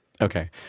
Okay